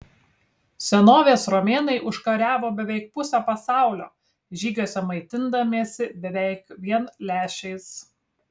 senovės romėnai užkariavo beveik pusę pasaulio žygiuose maitindamiesi beveik vien lęšiais